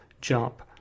jump